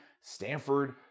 Stanford